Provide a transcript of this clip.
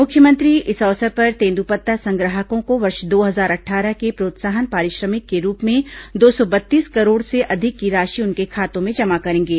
मुख्यमंत्री इस अवसर पर तेंदूपत्ता संग्राहकों को वर्ष दो हजार अट्ठारह के प्रोत्साहन पारिश्रमिक के रूप में दो सौ बत्तीस करोड़ से अधिक की राशि उनके खातों में जमा करेंगे